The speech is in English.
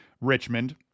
Richmond